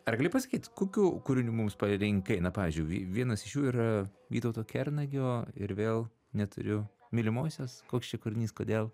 ar gali pasakyt kokių kūrinių mums parinkai na pavyzdžiui vie vienas iš jų yra vytauto kernagio ir vėl neturiu mylimosios koks čia kūrinys kodėl